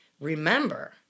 Remember